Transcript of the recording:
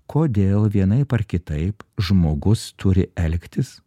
kodėl vienaip ar kitaip žmogus turi elgtis